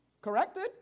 corrected